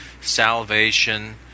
salvation